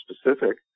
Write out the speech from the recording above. specific